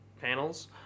panels